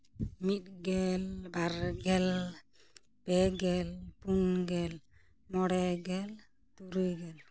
ᱢᱤᱫ ᱜᱮᱞ ᱵᱟᱨ ᱜᱮᱞ ᱯᱮ ᱜᱮᱞ ᱯᱩᱱ ᱜᱮᱞ ᱢᱚᱬᱮ ᱜᱮᱞ ᱛᱩᱨᱩᱭ ᱜᱮᱞ